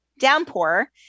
downpour